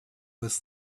was